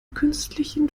künstlichen